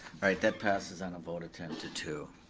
alright, that passes on a vote of ten to two,